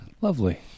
Lovely